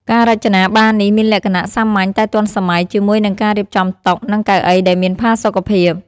ការរចនាបារនេះមានលក្ខណៈសាមញ្ញតែទាន់សម័យ ជាមួយនឹងការរៀបចំតុ និងកៅអីដែលមានផាសុកភាព។